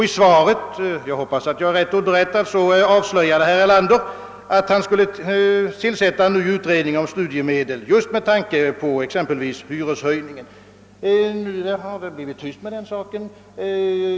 I svaret — jag hoppas att jag fått det rätt relaterat — avslöjade herr Erlander att han skulle tillsätta en ny utredning om studiemedlen just med tanke på hyreshöjningen. Nu har det blivit tyst om den saken.